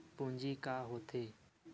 पूंजी का होथे?